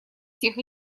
всех